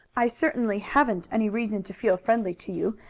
i certainly haven't any reason to feel friendly to you,